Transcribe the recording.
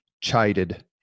chided